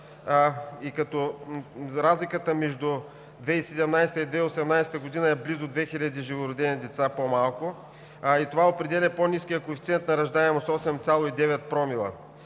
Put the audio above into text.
спада. Разликата между 2017 г. и 2018 г. е близо 2000 живородени деца по-малко. Това определя по-ниския коефициент на раждаемост – 8,9 промила.